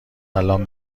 الان